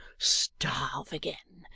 starve again,